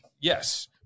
Yes